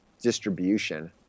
distribution